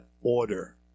order